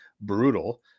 brutal